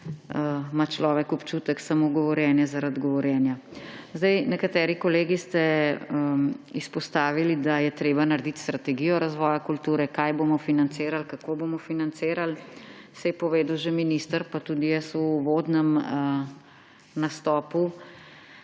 Ima človek občutek samo govorjenje zaradi govorjenja. Nekateri kolegi ste izpostavili, da je treba narediti strategijo razvoja kulture, kaj bomo financirali, kako bomo financirali. Saj je povedal že minister in tudi jaz v uvodnem nastopu.